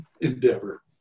endeavor